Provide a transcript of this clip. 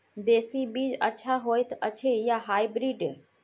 देसी बीज अच्छा होयत अछि या हाइब्रिड?